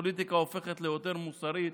שפוליטיקה הופכת ליותר מוסרית